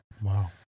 Wow